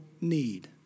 need